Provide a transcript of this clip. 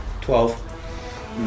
Twelve